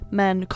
men